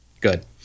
Good